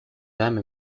dame